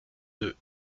deux